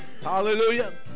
Hallelujah